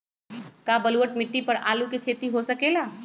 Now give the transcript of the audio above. का बलूअट मिट्टी पर आलू के खेती हो सकेला?